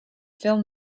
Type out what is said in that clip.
film